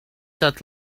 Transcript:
that